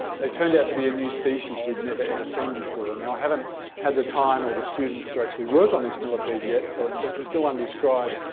they turned out to be a new species we'd never, ever seen before. now i haven't had the time or the students to actually work on this millipede yet, so it's still undescribed,